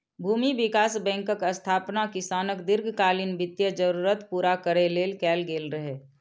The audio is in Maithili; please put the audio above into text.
भूमि विकास बैंकक स्थापना किसानक दीर्घकालीन वित्तीय जरूरत पूरा करै लेल कैल गेल रहै